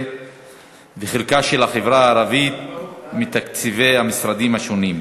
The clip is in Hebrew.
וחלקה של החברה הערבית בתקציבי המשרדים השונים,